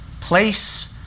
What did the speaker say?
Place